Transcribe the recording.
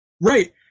Right